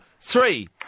three